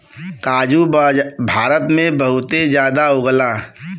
काजू भारत में बहुते जादा उगला